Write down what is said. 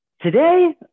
today